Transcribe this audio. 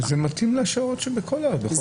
זה מתאים לשעות של כל הארץ.